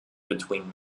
between